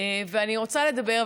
ואני רוצה לדבר.